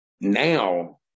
Now